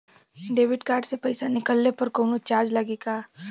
Debit card से पैसा निकलले पर कौनो चार्ज लागि का?